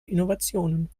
innovationen